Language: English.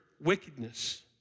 wickedness